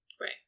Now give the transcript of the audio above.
Right